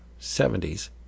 70s